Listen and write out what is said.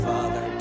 Father